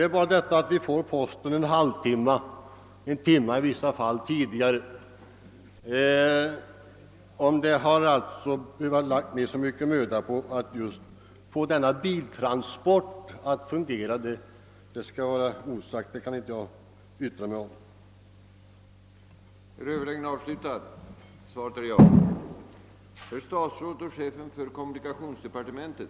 Visserligen får vi posten en halvtimme eller i vissa fall en timme tidigare, men om man har lagt ned så mycken möda just på att få denna biltransport att fungera må vara osagt; det kan jag inte yttra mig om.